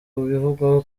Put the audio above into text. bivugwa